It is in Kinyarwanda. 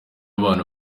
abantu